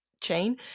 chain